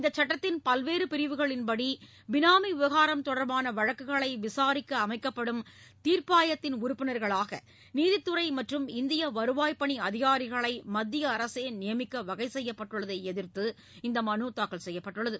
இந்தச் சட்டத்தின் பல்வேறு பிரிவுகளின்படி பினாமி விவகாரம் தொடர்பான வழக்குகளை விசாரிக்க அமைக்கப்படும் தீர்பாயத்தின் உறுப்பினர்களாக நீதித்துறை மற்றும் இந்திய வருவாய்ப்பணி அதிகாரிகளை மத்திய அரசே நியமிக்க வகை செய்யப்பட்டுள்ளதை எதிர்த்து இந்த மனு தாக்கல் செய்யப்பட்டுள்ளது